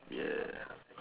ya